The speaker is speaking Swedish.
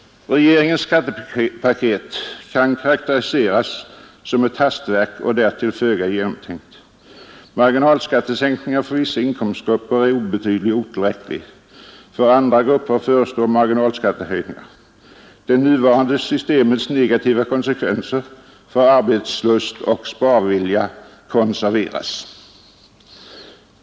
Regeringens skattepaket kan karakteriseras som ett hastverk och därtill föga genomtänkt. Marginalskattesänkningar för vissa inkomstgrupper är obetydliga och otillräckliga. För andra grupper förestår marginalskattehöjningar. Det nuvarande skattesystemets negativa konsekvenser för arbetslust och sparvilja konserveras.